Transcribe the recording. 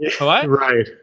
Right